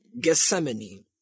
Gethsemane